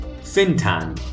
Fintan